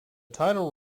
title